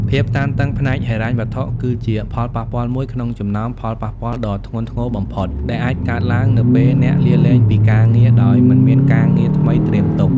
ភាពតានតឹងផ្នែកហិរញ្ញវត្ថុ គឺជាផលប៉ះពាល់មួយក្នុងចំណោមផលប៉ះពាល់ដ៏ធ្ងន់ធ្ងរបំផុត ដែលអាចកើតឡើងនៅពេលអ្នកលាលែងពីការងារដោយមិនមានការងារថ្មីត្រៀមទុក។